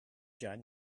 john